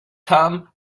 come